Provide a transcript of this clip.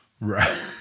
Right